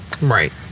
Right